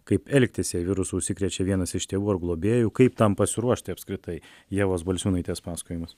kaip elgtis jei virusu užsikrečia vienas iš tėvų ar globėjų kaip tam pasiruošti apskritai ievos balčiūnaitės pasakojimas